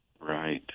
Right